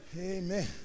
Amen